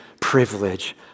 privilege